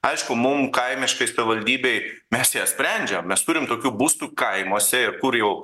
aišku mum kaimiškai savivaldybei mes ją sprendžiam mes turim tokių būstų kaimuose ir kur jau